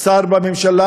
שר בממשלה: